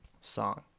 song